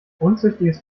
unzüchtiges